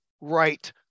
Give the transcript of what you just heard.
right